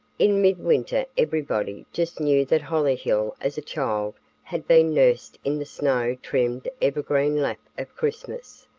in mid-winter everybody just knew that hollyhill as a child had been nursed in the snow trimmed evergreen lap of christmas.